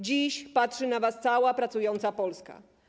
Dziś patrzy na was cała pracująca Polska.